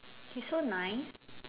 he's so nice